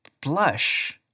blush